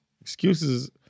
Excuses